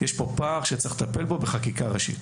יש פה פער שצריך לטפל בו בחקיקה ראשית.